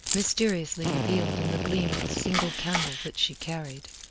mysteriously revealed in the gleam of a single candle which she carried.